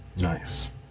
Nice